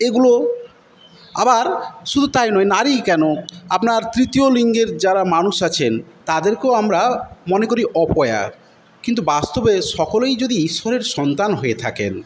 এইগুলো আবার শুধু তাই নয় নারীই কেন আপনার তৃতীয় লিঙ্গের যারা মানুষ আছেন তাঁদেরকেও আমরা মনে করি অপয়া কিন্তু বাস্তবে সকলেই যদি ঈশ্বরের সন্তান হয়ে থাকেন